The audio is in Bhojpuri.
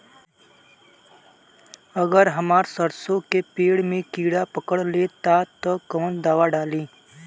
अगर हमार सरसो के पेड़ में किड़ा पकड़ ले ता तऽ कवन दावा डालि?